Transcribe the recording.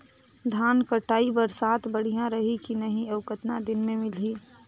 धान कटाई बर साथ बढ़िया रही की नहीं अउ कतना मे मिलही?